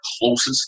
closest